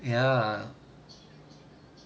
ya